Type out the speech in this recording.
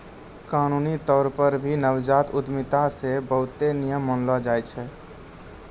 कानूनी तौर पर भी नवजात उद्यमिता मे बहुते नियम मानलो जाय छै